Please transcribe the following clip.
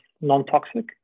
non-toxic